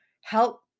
help